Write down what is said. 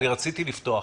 רציתי לפתוח